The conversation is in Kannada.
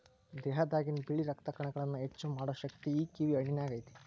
ದೇಹದಾಗಿನ ಬಿಳಿ ರಕ್ತ ಕಣಗಳನ್ನಾ ಹೆಚ್ಚು ಮಾಡು ಶಕ್ತಿ ಈ ಕಿವಿ ಹಣ್ಣಿನ್ಯಾಗ ಐತಿ